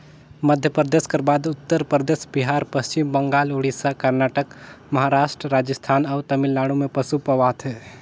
मध्यपरदेस कर बाद उत्तर परदेस, बिहार, पच्छिम बंगाल, उड़ीसा, करनाटक, महारास्ट, राजिस्थान अउ तमिलनाडु में पसु पवाथे